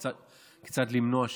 כיצד למנוע?